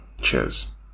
cheers